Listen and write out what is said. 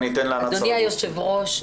אדוני היושב ראש,